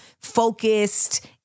focused